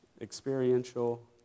experiential